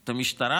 את המשטרה,